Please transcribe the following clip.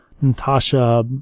Natasha